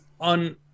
on